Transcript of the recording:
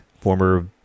former